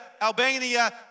Albania